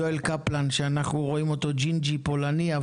יואל קפלן שאנחנו רואים אותו ג'ינג'י פולני,